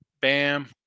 Bam